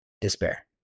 despair